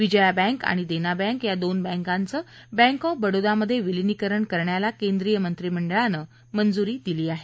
Vijaya bank आणि Dena bank या दोन बँकांचं बँक ऑफ बडोदामध्ये विलीनीकरण करण्याला केंद्रीय मंत्रीमंडळानं मंजुरी दिली आहे